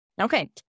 Okay